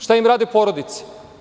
Šta im rade porodice?